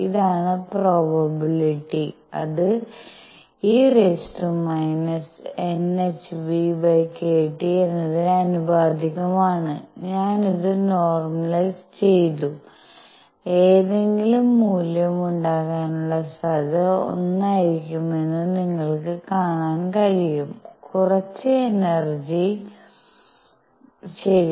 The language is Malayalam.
ഇതാണ് പ്രൊബേബിലിറ്റി അത് e⁻ⁿʰᵛᴷᵀ എന്നതിന് ആനുപാതികമാണ് ഞാൻ ഇത് നോർമലൈസ് ചെയ്തു ഏതെങ്കിലും മൂല്യം ഉണ്ടാകാനുള്ള സാധ്യത ഒന്നായിരിക്കുമെന്ന് നിങ്ങൾക്ക് കാണാൻ കഴിയും കുറച്ച് എനർജി ശരി